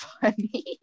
funny